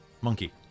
Monkey